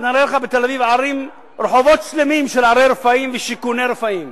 אראה לך בתל-אביב רחובות שלמים של ערי רפאים ושיכוני רפאים.